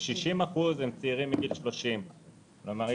ו-60% הם צעירים מגיל 30. כלומר,